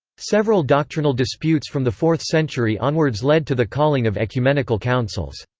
several doctrinal disputes from the fourth century onwards led to the calling of ecumenical councils.